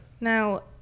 Now